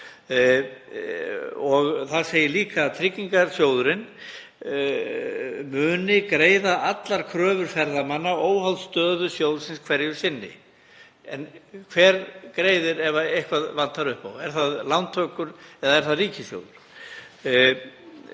Hér segir líka að tryggingasjóðurinn muni greiða allar kröfur ferðamanna, óháð stöðu sjóðsins hverju sinni. En hver greiðir ef eitthvað vantar upp á? Eru það lántökur eða er það ríkissjóður?